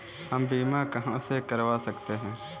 हम बीमा कहां से करवा सकते हैं?